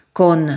con